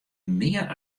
mear